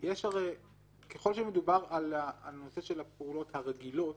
ככל שמדובר על הנושא של הפעולות הרגילות,